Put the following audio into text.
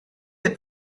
del